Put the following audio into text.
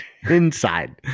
inside